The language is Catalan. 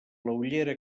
ullera